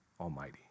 Almighty